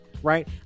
Right